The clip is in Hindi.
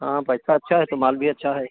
हाँ पैसा अच्छा है तो माल भी अच्छा है